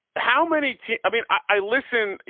how many t i mean, i listen,